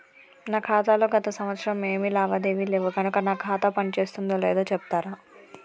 నా ఖాతా లో గత సంవత్సరం ఏమి లావాదేవీలు లేవు కనుక నా ఖాతా పని చేస్తుందో లేదో చెప్తరా?